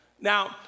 Now